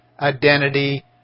identity